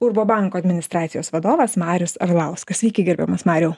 urbo banko administracijos vadovas marius arlauskas sveiki gerbiamas mariau